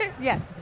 Yes